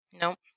Nope